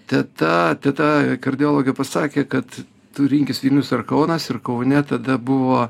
teta teta kardiologė pasakė kad tu rinkis vilnius ar kaunas ir kaune tada buvo